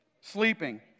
Sleeping